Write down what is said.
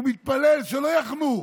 הוא מתפלל שלא יחנו.